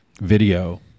video